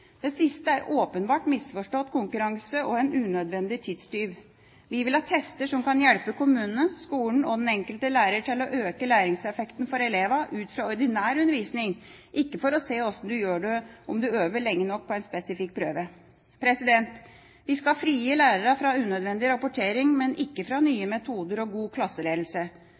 Det siste er åpenbart misforstått konkurranse og en unødvendig tidstyv. Vi vil ha tester som kan hjelpe kommunene, skolen og den enkelte lærer til å øke læringseffekten for elevene ut fra ordinær undervisning, ikke for å se hvordan du gjør det om du øver lenge nok på en spesifikk prøve. Vi skal frita lærerne fra unødvendig rapportering, men ikke fra nye metoder og god klasseledelse.